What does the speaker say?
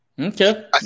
Okay